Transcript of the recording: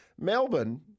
Melbourne